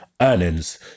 earnings